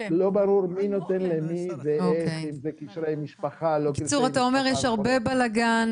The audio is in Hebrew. אם אתם עושים את זה דרך משרד הרווחה ודרך השר,